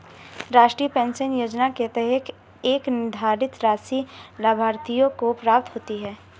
राष्ट्रीय पेंशन योजना के तहत एक निर्धारित राशि लाभार्थियों को प्राप्त होती है